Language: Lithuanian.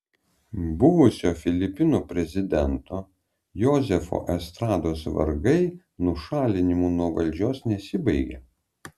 buvusio filipinų prezidento jozefo estrados vargai nušalinimu nuo valdžios nesibaigė